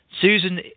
Susan